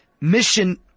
mission